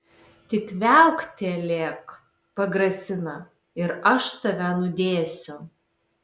tik viauktelėk pagrasina ir aš tave nudėsiu